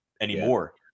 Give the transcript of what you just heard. anymore